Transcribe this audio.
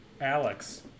Alex